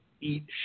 eat